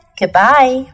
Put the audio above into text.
goodbye